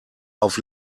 auf